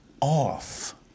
off